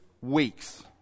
weeks